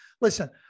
Listen